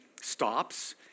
stops